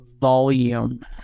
volume